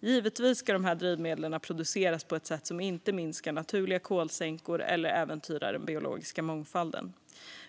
Givetvis ska dessa drivmedel produceras på ett sätt som inte minskar naturliga kolsänkor eller äventyrar den biologiska mångfalden.